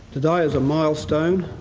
today is a milestone,